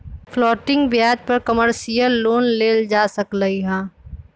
floating ब्याज पर commercial loan लेल जा सकलई ह